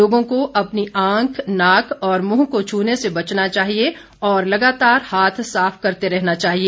लोगों को अपनी आंख नाक और मुंह को छूने से बचना चाहिए और लगातार हाथ साफ करते रहना चाहिए